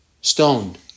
stoned